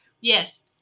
Yes